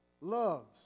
loves